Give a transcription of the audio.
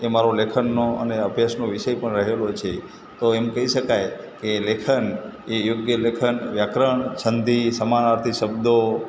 એ મારો લેખનનો અને અભ્યાસનો વિષય પણ રહેલો છે તો એમ કહી શકાય કે લેખન એ યોગ્ય લેખન વ્યાકરણ સંધિ સમાનાર્થી શબ્દો